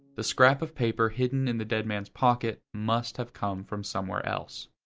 the scrap of paper hidden in the dead man's pocket must have come from somewhere else.